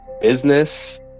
business